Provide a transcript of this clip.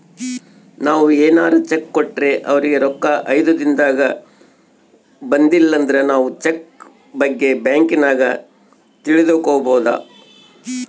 ನಾವು ಏನಾರ ಚೆಕ್ ಕೊಟ್ರೆ ಅವರಿಗೆ ರೊಕ್ಕ ಐದು ದಿನದಾಗ ಬಂದಿಲಂದ್ರ ನಾವು ಚೆಕ್ ಬಗ್ಗೆ ಬ್ಯಾಂಕಿನಾಗ ತಿಳಿದುಕೊಬೊದು